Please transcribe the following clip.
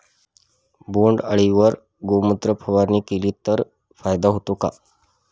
बोंडअळीवर गोमूत्र फवारणी केली तर फायदा होतो का?